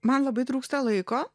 man labai trūksta laiko